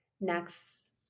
Next